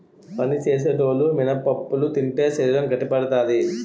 పని సేసేటోలు మినపప్పులు తింటే శరీరం గట్టిపడతాది